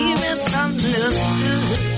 misunderstood